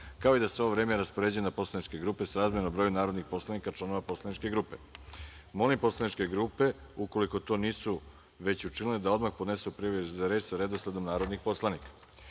kao i da se ovo vreme raspoređuje na poslaničke grupe srazmerno broju narodnih poslanika članova poslaničke grupe. Molim poslaničke grupe, ukoliko to nisu već učinile, da odmah podnesu prijave za reč sa redosledom narodnih poslanika. Saglasno